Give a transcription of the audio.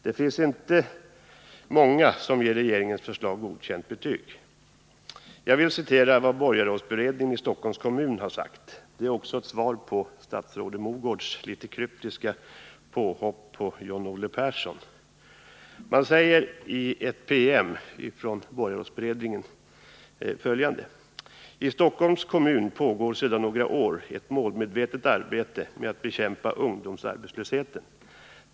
Det finns inte många som ger regeringens förslag betyget godkänt. Jag vill citera vad borgarrådsberedningen i Stockholms kommun har sagt. Det är också ett svar på statsrådets Mogårds litet kryptiska påhopp på John-Olle Persson. Man säger i en promemoria från borgarrådsberedningen följande: ”TI Stockholms kommun pågår sedan några år ett målmedvetet arbete med att bekämpa ungdomsarbetslösheten.